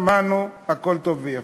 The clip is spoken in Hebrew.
שמענו, הכול טוב ויפה.